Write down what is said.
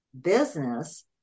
business